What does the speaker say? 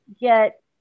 get